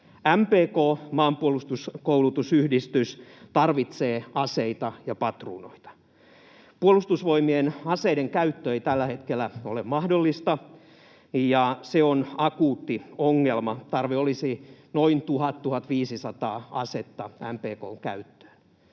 MPK, Maanpuolustuskoulutusyhdistys, tarvitsee aseita ja patruunoita. Puolustusvoimien aseiden käyttö ei tällä hetkellä ole mahdollista, ja se on akuutti ongelma. Tarve olisi noin 1 000, 1 500 asetta MPK:n käyttöön.